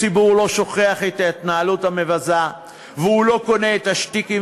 הציבור לא שוכח את ההתנהלות המבזה והוא לא קונה את השטיקים